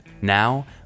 Now